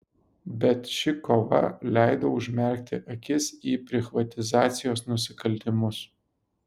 bet ši kova leido užmerkti akis į prichvatizacijos nusikaltimus